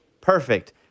Perfect